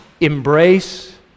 Embrace